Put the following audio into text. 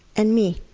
and me.